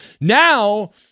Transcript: Now